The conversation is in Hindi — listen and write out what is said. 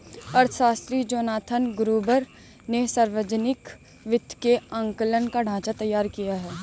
अर्थशास्त्री जोनाथन ग्रुबर ने सावर्जनिक वित्त के आंकलन का ढाँचा तैयार किया है